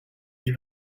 est